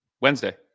Wednesday